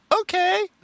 Okay